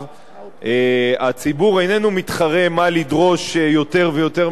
הציבור איננו מתחרה מה לדרוש יותר ויותר מהממשלה,